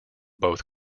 both